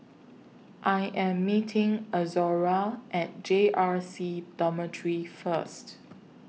I Am meeting Izora At J R C Dormitory First